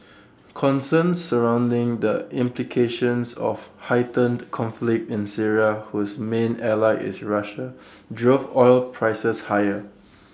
concerns surrounding the implications of heightened conflict in Syria whose main ally is Russia drove oil prices higher